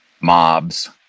mobs